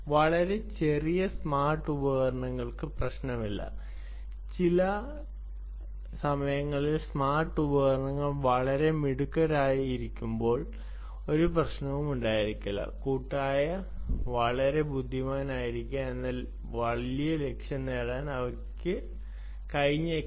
വളരെ ചെറിയ സ്മാർട്ട് ഉപകരണങ്ങൾക്ക് പ്രശ്നമില്ല ചില സമയങ്ങളിൽ സ്മാർട്ട് ഉപകരണങ്ങൾ വളരെ മിടുക്കരായിരിക്കുമ്പോൾ ഒരു പ്രശ്നമുണ്ടായിരിക്കില്ല കൂട്ടായി വളരെ ബുദ്ധിമാനായിരിക്കുക എന്ന വലിയ ലക്ഷ്യം നേടാൻ അവർക്ക് കഴിഞ്ഞേക്കില്ല